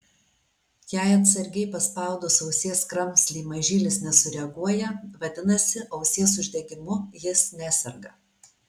jei atsargiai paspaudus ausies kramslį mažylis nesureaguoja vadinasi ausies uždegimu jis neserga